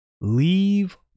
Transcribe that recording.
leave